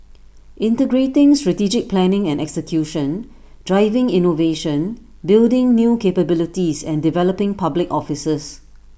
integrating strategic planning and execution driving innovation building new capabilities and developing public officers